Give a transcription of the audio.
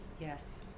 Yes